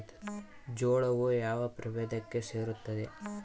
ಜೋಳವು ಯಾವ ಪ್ರಭೇದಕ್ಕೆ ಸೇರುತ್ತದೆ?